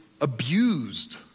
abused